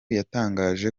yatangaje